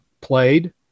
played